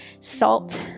salt